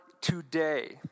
today